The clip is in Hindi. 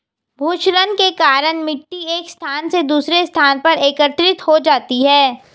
भूक्षरण के कारण मिटटी एक स्थान से दूसरे स्थान पर एकत्रित हो जाती है